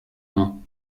main